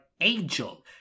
angel